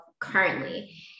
currently